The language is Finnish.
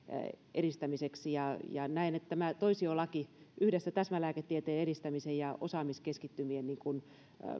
edistämiseksi näen että toisiolaki yhdessä täsmälääketieteen edistämisen ja osaamiskeskittymien kanssa niin kuin